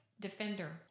defender